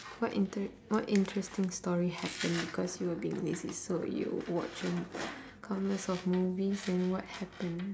what inter~ what interesting story happen because you were being lazy so you watch uh countless of movies and what happen